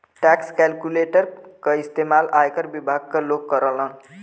tax calculator क इस्तेमाल आयकर विभाग क लोग करलन